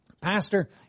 Pastor